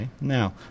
Now